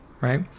right